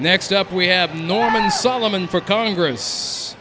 next up we have norman solomon for congress